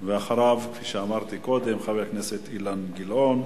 ואחריו, כפי שאמרתי קודם, חבר הכנסת אילן גילאון,